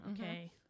Okay